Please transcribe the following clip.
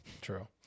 true